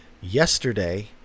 Yesterday